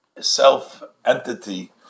self-entity